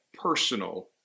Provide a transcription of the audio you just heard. personal